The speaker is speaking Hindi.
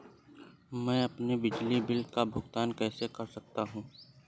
मैं अपने बिजली बिल का भुगतान कैसे कर सकता हूँ?